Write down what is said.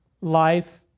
life